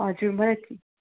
हजुर मलाई